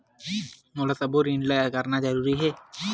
मोला सबो ऋण ला करना जरूरी हे?